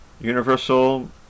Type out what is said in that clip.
Universal